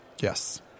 Yes